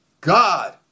God